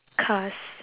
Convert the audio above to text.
cars